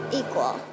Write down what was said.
equal